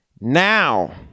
Now